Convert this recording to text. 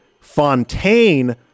Fontaine